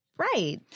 Right